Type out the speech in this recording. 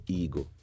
ego